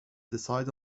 decide